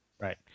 right